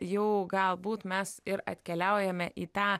jau galbūt mes ir atkeliaujame į tą